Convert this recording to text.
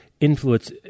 influence